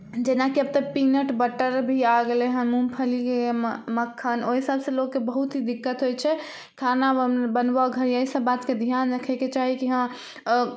जेनाकि अब तऽ पीनट बट्टर भी आ गेलै हँ मूँगफलीके मक्खन ओहि सबसे लोककेँ बहुत दिक्कत होइ छै खाना बनबऽ घड़ी एहि सब बातके ध्यान रक्खैके चाही कि हँ